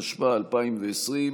התשפ"א 2020,